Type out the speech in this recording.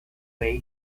bay